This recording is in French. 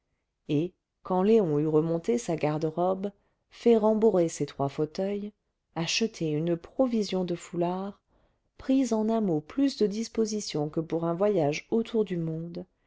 et quand léon eut remonté sa garde-robe fait rembourrer ses trois fauteuils acheté une provision de foulards pris en un mot plus de dispositions que pour un voyage autour du monde